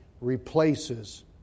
replaces